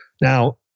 now